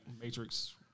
Matrix